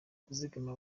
kuzigama